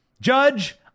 Judge